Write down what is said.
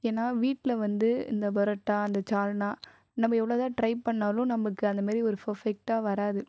ஏன்னா வீட்டில் வந்து இந்த பரட்டா அந்த சால்னா நம்ப எவ்ளோ தான் ட்ரை பண்ணாலும் நமக்கு அந்த மாதிரி ஃபர்ஃபெக்ட்டாக வராது